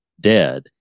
dead